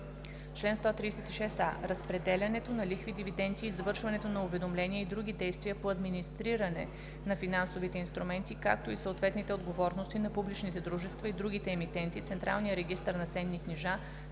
„Чл. 136а. Разпределянето на лихви, дивиденти, извършването на уведомления и други действия по администриране на финансовите инструменти, както и съответните отговорности на публичните дружества и другите емитенти, централния регистър на ценни книжа,